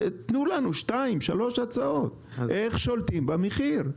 תנו לנו שתיים, שלוש הצעות , איך שולטים במחיר?